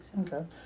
Okay